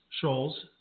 shoals